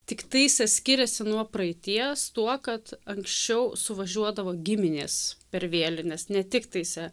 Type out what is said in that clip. tiktais skiriasi nuo praeities tuo kad anksčiau suvažiuodavo giminės per vėlines ne tiktais e